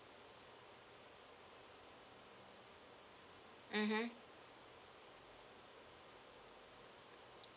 mmhmm